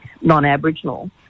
non-Aboriginal